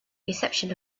reception